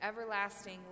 everlasting